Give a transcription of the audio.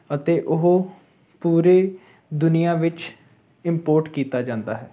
ਅਤੇ ਉਹ ਪੂਰੇ ਦੁਨੀਆਂ ਵਿੱਚ ਇੰਪੋਰਟ ਕੀਤਾ ਜਾਂਦਾ ਹੈ